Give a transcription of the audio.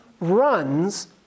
runs